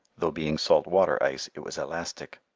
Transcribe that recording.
though being salt-water ice, it was elastic.